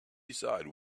decide